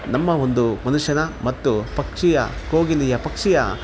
ನಮ್ಮ ಒಂದು ಮನುಷ್ಯನ ಮತ್ತು ಪಕ್ಷಿಯ ಕೋಗಿಲೆಯ ಪಕ್ಷಿಯ